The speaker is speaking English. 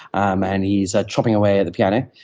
um and he's ah chopping away at the piano.